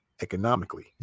economically